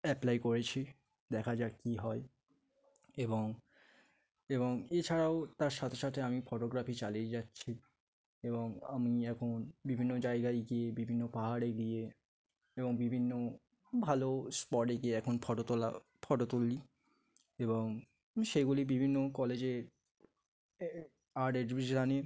apply করেছি দেখা যাক কী হয় এবং এবং এছাড়াও তার সাথে সাথে আমি ফটোগ্রাফি চালিয়ে যাচ্ছি এবং আমি এখন বিভিন্ন জায়গায় গিয়ে বিভিন্ন পাহাড়ে গিয়ে এবং বিভিন্ন ভালো স্পটে গিয়ে এখন ফটো তোলা ফটো তুলি এবং সেগুলি বিভিন্ন কলেজের আর্ট এগজিবিশনে